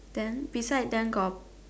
then beside them got